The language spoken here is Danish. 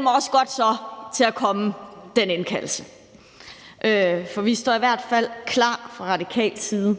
må også godt til at komme, for vi står i hvert fald klar fra radikal side.